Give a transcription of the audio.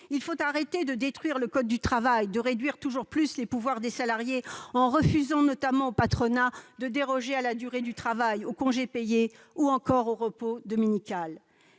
Il faut arrêter de détruire le code du travail, de réduire toujours plus les pouvoirs des salariés, en refusant notamment au patronat de déroger à la durée du travail, aux congés payés ou encore au repos dominical